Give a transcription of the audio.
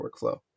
workflow